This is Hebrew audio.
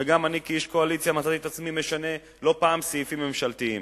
וגם אני כאיש הקואליציה מצאתי את עצמי משנה לא פעם סעיפים ממשלתיים.